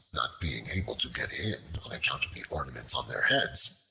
not being able to get in on account of the ornaments on their heads,